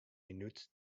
minút